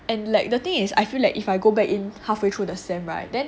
and like the thing is I feel like if I go back in halfway through the semester [right] then